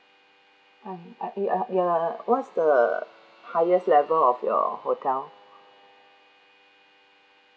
mm uh it uh ya what's the highest level of your hotel